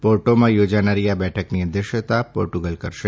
પોર્ટોમાં થોજાનારી આ બેઠકની અધ્યક્ષતા પોર્ટુગલ કરશે